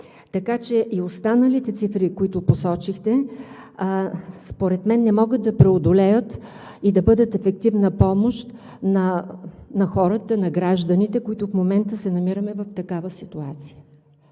Така че и останалите цифри, които посочихте, според мен не могат да преодолеят и да бъдат ефективна помощ на хората, на гражданите, които в момента се намираме в такава ситуация.